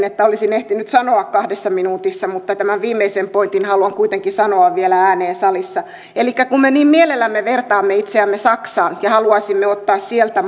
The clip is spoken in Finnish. että olisin ehtinyt sanoa kahdessa minuutissa mutta tämän viimeisen pointin haluan kuitenkin sanoa vielä ääneen salissa elikkä kun me niin mielellämme vertaamme itseämme saksaan ja haluaisimme ottaa sieltä